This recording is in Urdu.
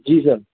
جی سر